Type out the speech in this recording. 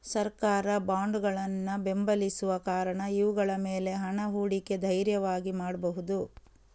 ಸರ್ಕಾರ ಬಾಂಡುಗಳನ್ನ ಬೆಂಬಲಿಸುವ ಕಾರಣ ಇವುಗಳ ಮೇಲೆ ಹಣ ಹೂಡಿಕೆ ಧೈರ್ಯವಾಗಿ ಮಾಡ್ಬಹುದು